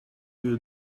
you